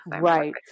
Right